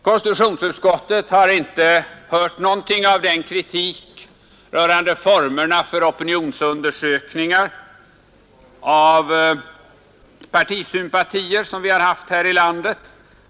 Konstitutionsutskottet har inte hört någonting av den kritik rörande formerna för opinionsundersökningar av partisympatier som vi har haft här i landet.